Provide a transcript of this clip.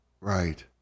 Right